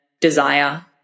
desire